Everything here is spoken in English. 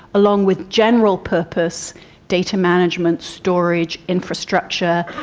along with general purpose data management, storage, infrastructure,